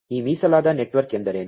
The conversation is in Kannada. ಈ ಮೀಸಲಾದ ನೆಟ್ವರ್ಕ್ ಎಂದರೇನು